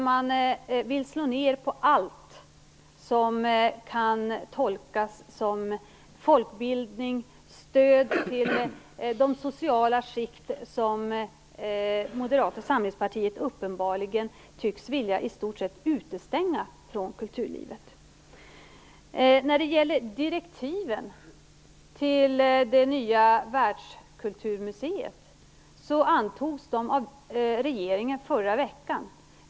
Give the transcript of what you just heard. Man vill slå ned på allt som kan tolkas som folkbildning och stöd till de sociala skikt som Moderata samlingspartiet uppenbarligen tycks vilja i stort sett utestänga från kulturlivet. Direktiven till det nya världskulturmuseet antogs av regeringen förra veckan.